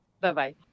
Bye-bye